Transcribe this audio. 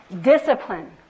Discipline